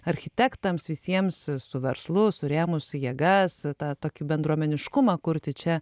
architektams visiems su verslu surėmus jėgas tą tokį bendruomeniškumą kurti čia